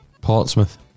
Portsmouth